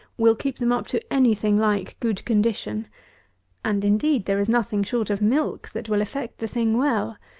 will keep them up to any thing like good condition and, indeed, there is nothing short of milk that will effect the thing well.